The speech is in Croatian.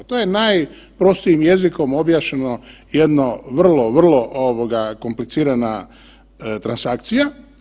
To je najprostijim jezikom objašnjeno jedno vrlo, vrlo ovoga komplicirana transakcija.